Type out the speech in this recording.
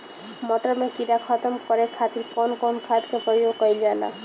मटर में कीड़ा खत्म करे खातीर कउन कउन खाद के प्रयोग कईल जाला?